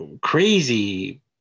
Crazy